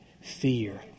fear